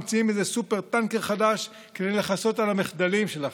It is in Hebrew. ממציאים איזה סופר-טנקר חדש כדי לכסות על המחדלים שלכם.